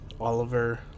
Oliver